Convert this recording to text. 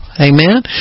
Amen